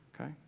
okay